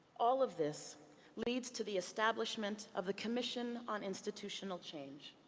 all of this leads to the establishment of the commission on institutional change,